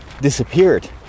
disappeared